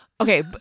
okay